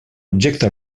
objecte